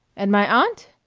and my aunt!